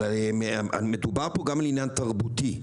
אבל מדובר פה גם לעניין תרבותי.